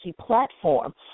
platform